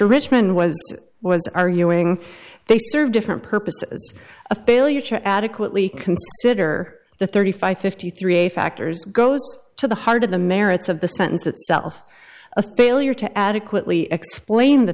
richmond was was arguing they serve different purposes a failure to adequately consider the thirty five fifty three factors goes to the heart of the merits of the sentence itself a failure to adequately explain the